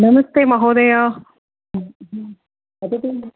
नमस्ते महोदय वदतु